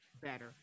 better